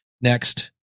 next